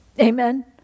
Amen